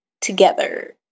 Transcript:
together